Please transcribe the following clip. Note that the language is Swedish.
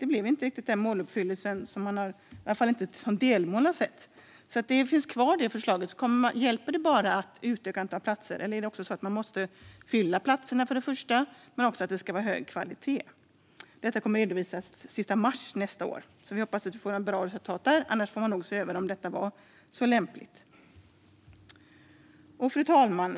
Det blev inte den måluppfyllelsen, åtminstone inte i delmålen som sattes. Det förslaget finns kvar. Hjälper det att bara utöka antalet platser? Man måste först och främst fylla platserna, men det ska också vara hög kvalitet. Detta kommer att redovisas den 31 mars nästa år. Vi hoppas att vi får ett bra resultat där. Annars får man nog se över om detta var så lämpligt. Fru talman!